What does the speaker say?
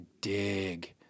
dig